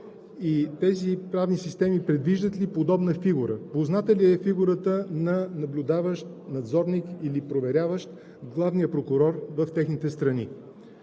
тези правни системи предвиждат ли подобна фигура? Позната ли е фигурата на наблюдаващ, надзорник или проверяващ главния прокурор в техните страни?